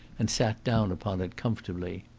and sat down upon it comfortably.